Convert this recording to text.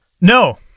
No